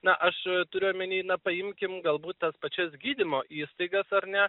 na aš turiu omeny na paimkim galbūt tas pačias gydymo įstaigas ar ne